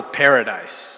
paradise